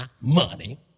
money